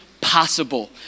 possible